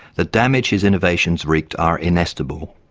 the damage his innovations wreaked are inestimable.